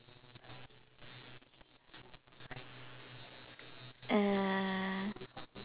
err